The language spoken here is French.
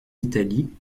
italie